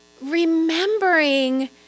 Remembering